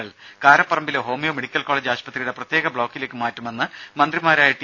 കൾ കാരപ്പറമ്പിലെ homeo medical college ആശുപത്രിയുടെ പ്രത്യേക ബ്ലോക്കിലേക്ക് മാറ്റുമെന്ന് മന്ത്രിമാരായ ടി